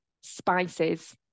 spices